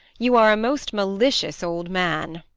you are a most malicious old man.